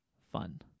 fun